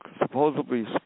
supposedly